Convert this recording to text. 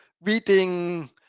reading